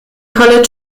college